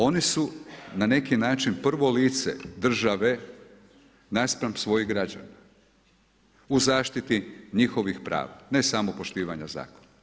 Oni su na neki način prvo lice države naspram svojih građana, u zaštiti njihovih prava, ne samo poštovanje zakona.